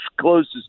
closest